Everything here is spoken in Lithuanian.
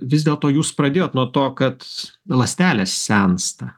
vis dėlto jūs pradėjot nuo to kad ląstelės sensta